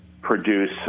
produce